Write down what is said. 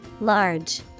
Large